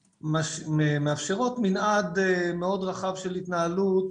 מאפשרות מנעד מאוד רחב של התנהלות